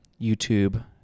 YouTube